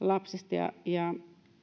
ja ja